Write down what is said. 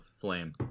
Flame